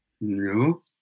No